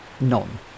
None